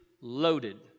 loaded